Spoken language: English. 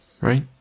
right